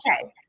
Okay